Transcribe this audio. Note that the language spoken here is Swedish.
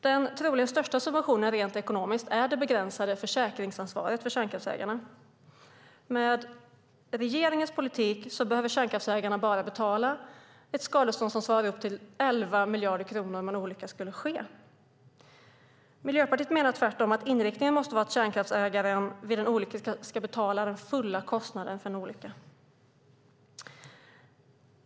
Den troligen största subventionen rent ekonomiskt är det begränsade försäkringsansvaret för kärnkraftsägarna. Med regeringens politik behöver kärnkraftsägarna bara betala skadestånd upp till 11 miljarder kronor om en olycka skulle ske. Miljöpartiet menar tvärtom att inriktningen måste vara att kärnkraftsägaren vid en olycka ska betala den fulla kostnaden.